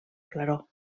claror